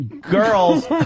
girls